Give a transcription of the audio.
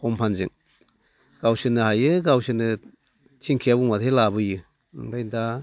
कम्फानजों गावसोरनो हायो गावसोरनो थिंखिया बुंबाथाय लाबोयो ओमफ्राय दा